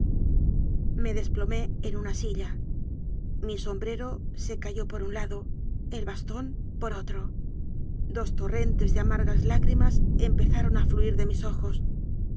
me desplomé en una silla mi sombrero se cayó por un lado el bastóii por otro dos torrentes de amargas lágrimas em pezaron a fluir de mis ojos